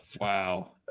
Wow